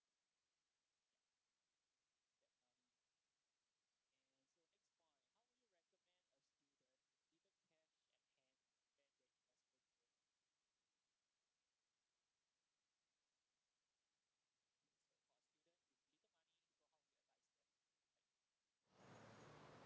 yeah